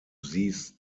these